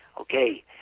Okay